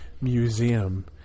Museum